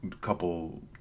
couple